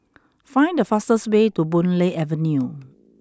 find the fastest way to Boon Lay Avenue